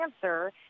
cancer